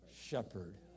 shepherd